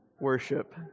worship